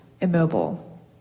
immobile